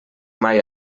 mai